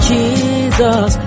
Jesus